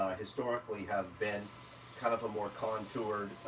historically have been kind of a more contoured,